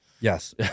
Yes